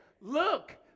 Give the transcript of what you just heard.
look